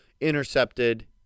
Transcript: intercepted